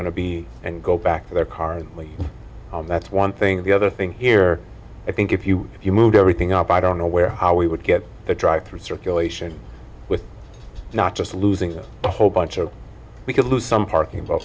going to be and go back to their cars and that's one thing the other thing here i think if you if you moved everything up i don't know where how we would get that drive through circulation with not just losing a whole bunch of we could lose some parking